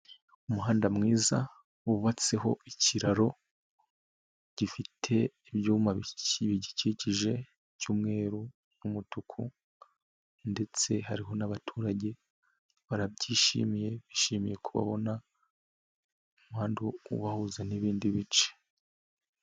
Umuhanda mwiza wubatseho ikiraro gifite ibyuma bigikikije icyumweru n'umutuku ndetse hariho n'abaturage, barabyishimiye bishimiye ko babona umuhanda ubahuza n'ibindi bice.